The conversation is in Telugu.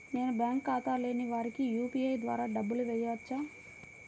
నేను బ్యాంక్ ఖాతా లేని వారికి యూ.పీ.ఐ ద్వారా డబ్బులు వేయచ్చా?